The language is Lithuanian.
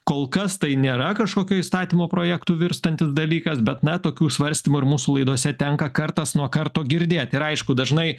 kol kas tai nėra kažkokio įstatymo projektu virstantis dalykas bet na tokių svarstymų ir mūsų laidose tenka kartas nuo karto girdėt ir aišku dažnai